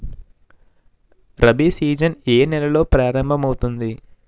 Rabi season ఏ నెలలో ప్రారంభమౌతుంది?